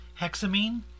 hexamine